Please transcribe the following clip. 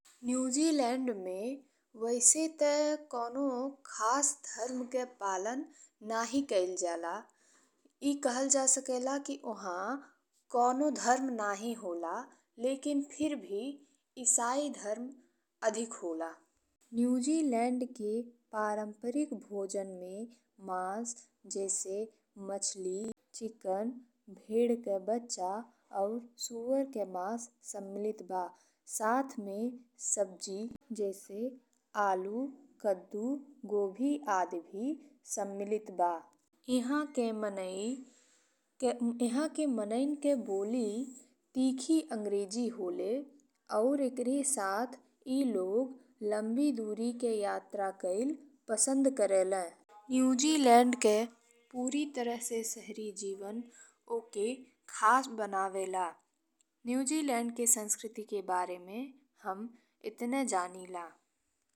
New Zealand में वैसे ते कउनो खास धर्म के पालन नाहीं कइल जाला। ए कहल जा सकेला कि उहाँ कउनो धर्म नहीं होला लेकिन फिर भी इसाई धर्म अधिक होला। न्यूजीलैंड के पारंपरिक भोजन में मांस जैसे मछली, चिकन, भेड़ के बच्चा और सुअर के मांस सम्मिलित बा। साथ में सब्जी जैसे आलू, कद्दू, गोभी आदि भी सम्मिलित बा। इहाँ के मनई इहाँ के मनईन के बोली तीखी अंग्रेजी होले और एकरे साथ ई लोग लंबी दूरी के यात्रा कइल पसंद करेला। न्यूजीलैंड के पूरी तरह से शहरी जीवन ओकर खास बनावेला। न्यूजीलैंड के संस्कृति के बारे में हम एतने जानीला।